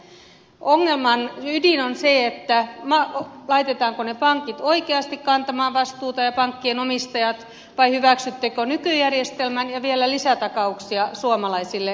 ongelman ydin on se laitetaanko ne pankit ja pankkien omistajat oikeasti kantamaan vastuuta vai hyväksyttekö nykyjärjestelmän ja vielä lisätakauksia suomalaisille veronmaksajille